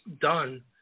done